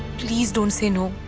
please don't say no,